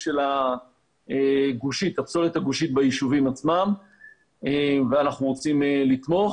של הפסולת הגושית בישובים עצמם ואנחנו רוצים לתמוך.